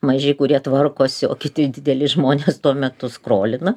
maži kurie tvarkosi o kiti dideli žmonės tuo metu skolina